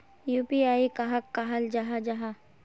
UPI कहाक कहाल जाहा जाहा?